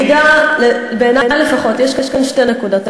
בעיני לפחות, יש כאן שתי נקודות.